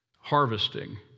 harvesting